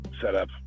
setup